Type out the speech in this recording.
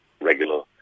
regular